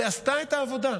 ועשתה את העבודה.